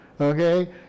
Okay